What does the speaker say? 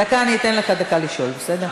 דקה, אתן לך דקה לשאול, בסדר?